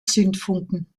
zündfunken